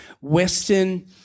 Western